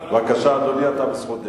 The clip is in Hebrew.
בבקשה, אדוני, אתה בזכות דיבור.